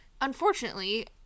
unfortunately